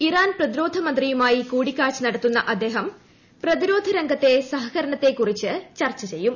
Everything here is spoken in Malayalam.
ഇറാൻ പ്രതിരോധമന്ത്രിയുമായി കൂടിക്കാഴ്ച നടത്തുന്ന അദ്ദേഹം പ്രതിരോധ രംഗത്തെ സഹകരണത്തെ ക്കുറിച്ച് ചർച്ച ചെയ്യും